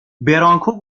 برانکو